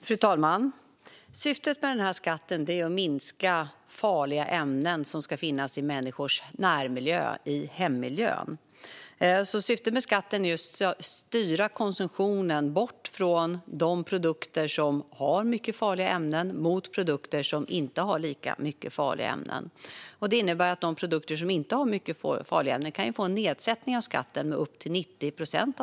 Fru talman! Syftet med den här skatten är att farliga ämnen i människors närmiljö, i hemmiljön, ska minska. Syftet är alltså att styra bort konsumtionen från de produkter som innehåller mycket farliga ämnen mot produkter som inte innehåller lika mycket farliga ämnen. Det innebär att produkter som inte har mycket farliga ämnen kan få en nedsättning av skatten med upp till 90 procent.